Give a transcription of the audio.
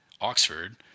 Oxford